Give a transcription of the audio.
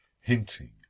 hinting